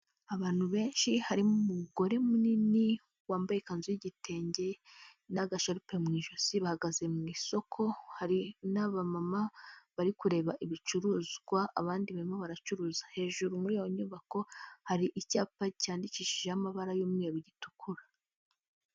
Abantu benshi harimo umugore munini wambaye ikanzu y'igitenge n'agasharupe mu ijosi bahagaze mu isoko, hari n'abamama bari kureba ibicuruzwa abandi barimo baracuruza, hejuru muri iyo nyubako hari icyapa cyandikishijeho amabara y'umweru gitukura.